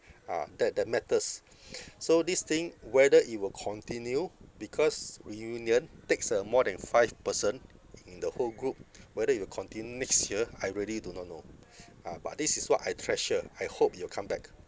ah that that matters so this thing whether it will continue because reunion takes uh more than five person in the whole group whether it will continue next year I really do not know ah but this is what I treasure I hope it will come back